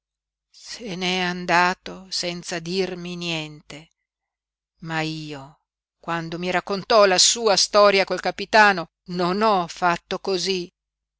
se n'è andato senza dirmi niente ma io quando mi raccontò la sua storia col capitano non ho fatto cosí